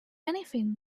anything